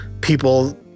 people